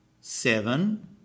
Seven